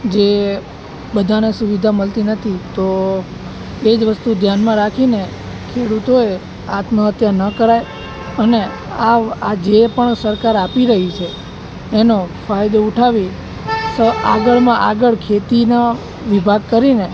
જે બધાને સુવિધા મળતી નથી તો એ જ વસ્તુ ધ્યાનમાં રાખીને એ રીતે આત્મહત્યા ન કરાય અને આવ આ જે પણ સરકાર આપી રહી છે એનો ફાયદો ઉઠાવી સ આગળમાં આગળ ખેતીના વિભાગ કરીને